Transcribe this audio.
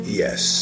yes